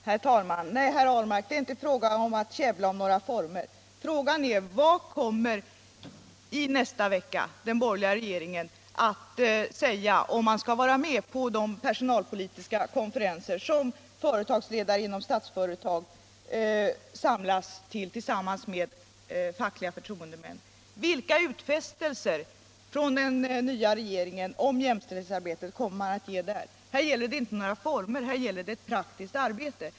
Herr talman! Nej, herr Ahlmark, det är inte fråga om att käbbla om former. Frågan gäller vad man från den borgerliga regeringen kommer att säga i nästa vecka, om man skall vara med på de personalpolitiska konferenser som företagsledare och fackliga förtroendemän inom statliga företag samlas till. Vilka utfästelser om jämställdhetsarbetet kommer den nya regeringen att göra där? Här gäller det inte former, här gäller det praktiskt arbete!